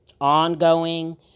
ongoing